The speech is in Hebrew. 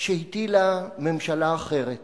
שהטילה ממשלה אחרת